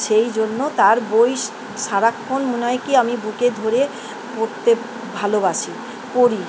সেই জন্য তার বই সারাক্ষণ মনে হয় কি আমি বুকে ধরে পড়তে ভালোবাসি পড়ি